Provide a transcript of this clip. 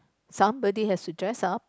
somebody has to dress up